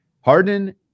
Harden